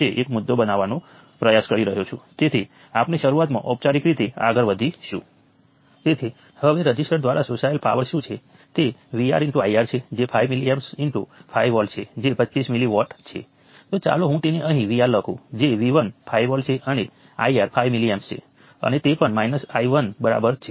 તેથી જો હું આ બધા ઈકવેશન્સનો સરવાળો કરીશ તો મને i 1 i 2 i 3 i 4 i 5 મળશે જે 0 થવાનું છે